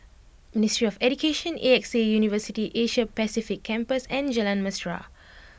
Ministry of Education A X A University Asia Pacific Campus and Jalan Mesra